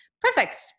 Perfect